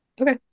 Okay